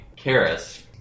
Karis